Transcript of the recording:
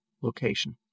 Location